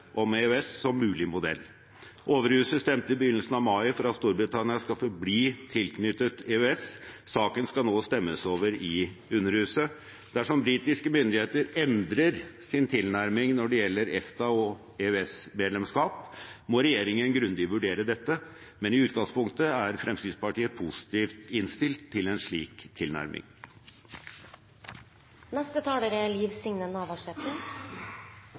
om EØS som mulig modell. Overhuset stemte i begynnelsen av mai for at Storbritannia skal forbli tilknyttet EØS. Saken skal nå stemmes over i underhuset. Dersom britiske myndigheter endrer sin tilnærming når det gjelder EFTA- og EØS-medlemskap, må regjeringen grundig vurdere dette, men i utgangspunktet er Fremskrittspartiet positivt innstilt til en slik tilnærming.